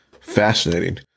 fascinating